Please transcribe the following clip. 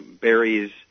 berries